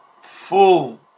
full